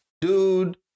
dude